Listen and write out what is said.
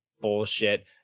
bullshit